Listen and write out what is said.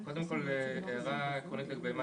הערה עקרונית לגבי מה